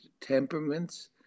temperaments